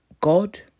god